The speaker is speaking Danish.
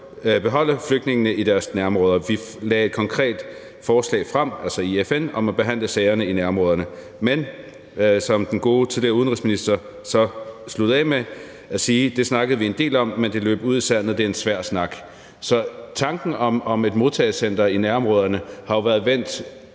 beholde flygtningene i deres nærområder. Vi lagde et konkret forslag frem, altså i FN, om at behandle sagerne i nærområderne. Men som den gode tidligere udenrigsminister sluttede af med at sige: Det snakkede vi en del om, men det løb ud i sandet, det er en svær snak. Så tanken om et modtagecenter i nærområderne har jo været vendt